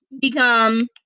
become